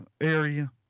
area